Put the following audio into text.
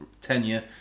tenure